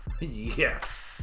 Yes